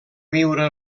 viure